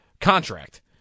contract